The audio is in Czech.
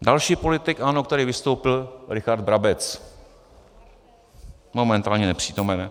Další politik ANO, který vystoupil, byl Richard Brabec momentálně nepřítomen.